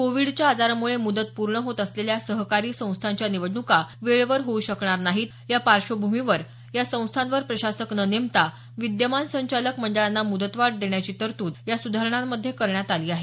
कोविडच्या आजारामुळे मुदत पुर्ण होत आलेल्या सहकारी संस्थांच्या निवडणुका वेळेवर होऊ शकणार नाही या पार्श्वभूमीवर या संस्थांवर प्रशासक नेमता विद्यमान संचालक मंडळांना मुदतवाढ देण्याची तरतूद या सुधारणांमध्ये करण्यात आली आहे